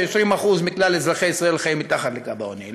ש-20% מכלל אזרחי ישראל חיים מתחת לקו העוני.